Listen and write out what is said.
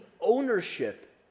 ownership